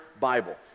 Bible